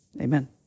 Amen